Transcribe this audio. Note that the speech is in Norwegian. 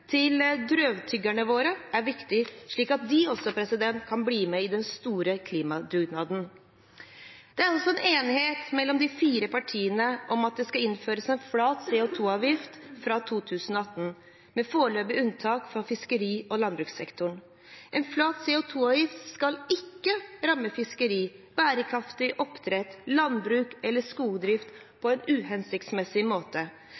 til drøvtyggerne våre er viktig, slik at de også kan bli med på den store klimadugnaden. Det er enighet mellom de fire partiene om at det skal innføres en flat CO 2 -avgift fra 2018, med foreløpig unntak for fiskerisektoren og landbrukssektoren. En flat CO 2 -avgift skal ikke ramme fiskeri, bærekraftig oppdrett, landbruk eller skogdrift på en uhensiktsmessig måte.